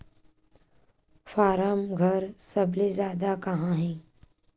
form घर सबले जादा कहां हे